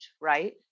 right